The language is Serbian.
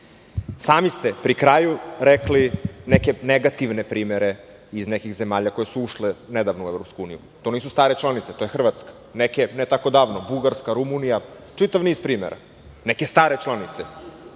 vas. Sami ste pri kraju rekli neke negativne primere iz nekih zemalja koje su ušle nedavno u EU. To nisu stare članice, to je Hrvatska. Neke ne tako davno Bugarska, Rumunija, čitav niz primera. Neke stare članice.